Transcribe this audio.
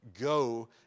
go